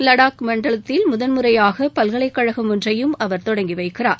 லடாக் மண்டலத்தில் முதன்முறையாக பல்கலைக்கழகம் ஒன்றையும் அவர் தொடங்கி வைக்கிறார்